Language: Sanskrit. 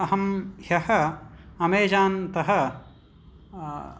अहं ह्यः अमेजान् तः